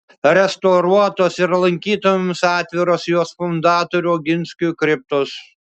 restauruotos ir lankytojams atviros jos fundatorių oginskių kriptos